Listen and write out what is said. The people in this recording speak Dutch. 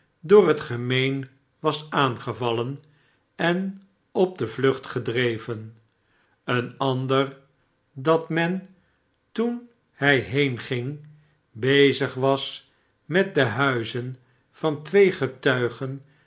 door het gemeen was aangevallen en op de vlucht gedreven een ander dat men toen hij heenging bezig was met de huizen van twee getuigen